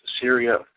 Syria